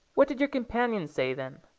what did your companions say then?